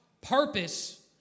purpose